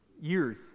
years